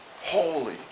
Holy